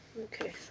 Okay